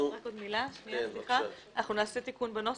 רק עוד מילה: אנחנו נעשה תיקון בנוסח,